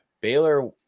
Baylor